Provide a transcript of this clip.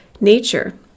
nature